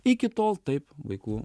iki tol taip vaiku